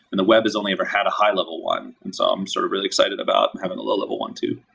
and the web has only ever had a high-level one. and so i'm sort of really excited about having a low-level one too.